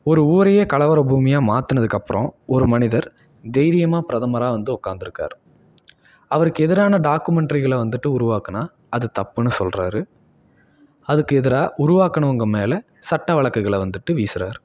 ஒரு ஊரையே கலவர பூமியாக மாற்றினதுக்கு அப்புறம் ஒரு மனிதர் தைரியமாக பிரதமராக வந்து உட்காந்துருக்காரு அவருக்கு எதிரான டாக்குமென்ட்ரிகளை வந்துட்டு உருவாக்கினா அது தப்புன்னு சொல்கிறாரு அதுக்கு எதிராக உருவாக்குனவங்க மேலே சட்ட வழக்குகளை வந்துட்டு வீசுகிறாரு